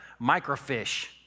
microfish